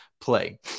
play